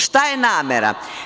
Šta je namera?